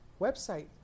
website